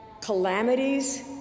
calamities